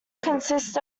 consists